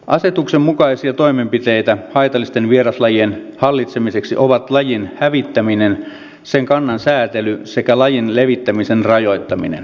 asetuksen mukaisia toimenpiteitä haitallisten vieraslajien hallitsemiseksi ovat lajin hävittäminen sen kannan säätely sekä lajin leviämisen rajoittaminen